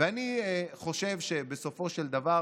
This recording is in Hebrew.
ואני חושב שבסופו של דבר